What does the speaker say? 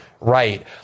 right